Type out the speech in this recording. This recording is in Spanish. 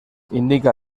indica